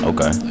Okay